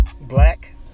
Black